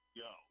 go